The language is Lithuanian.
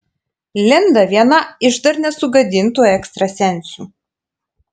linda viena iš dar nesugadintų ekstrasensių